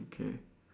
okay